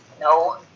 No